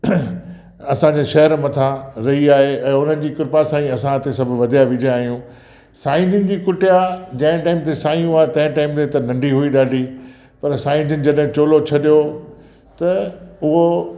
असांजे शहर मथां रही आहे ऐं हुननि जी कृपा ई असां हिते सभु वधिया विझा आहियूं साईं जन जी कुटिया जंहिं टाइम ते साईं हुआ तें टाइम ते त नंढी हुई ॾाढी पर साईं जन जॾहिं चोलो छॾियो त उहो